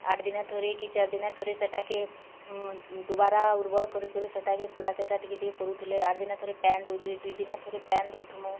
at ଦିନେ ଥରେ କି ଚାର୍ ଦିନେ ଥରେ ସେଟାକେ ଦୁବାରା ଉର୍ବର୍ କରି କରି ସେଟାକେ କୁଡ଼ା କେଚା ଟିକେ ଟିକେ କରୁଥିଲେ ଆଟ୍ ଦିନେ ଥରେ ପାନ୍ ଦଉଥିଲେ ଦୁଇଦିନେ ଥରେ ପାନ୍ ଦଉଥିମୁଁ